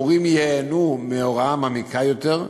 המורים ייהנו מהוראה מעמיקה יותר,